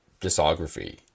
discography